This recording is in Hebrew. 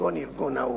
כגון ארגון האו"ם.